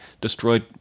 destroyed